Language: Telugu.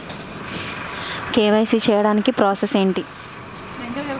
కే.వై.సీ చేసుకోవటానికి ప్రాసెస్ ఏంటి?